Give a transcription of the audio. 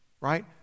right